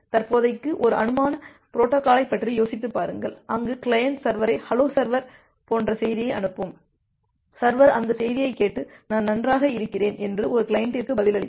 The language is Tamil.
தற்போதைக்கு ஒரு அனுமான பொரோட்டோகால்யைப் பற்றி யோசித்துப் பாருங்கள் அங்கு கிளையன்ட் சர்வரை ஹலோ சர்வர் போன்ற செய்தியாக அனுப்பும் சர்வர் அந்தச் செய்தியைக் கேட்டு நான் நன்றாக இருக்கிறேன் என்று ஒரு கிளையண்டிற்கு பதிலளிக்கும்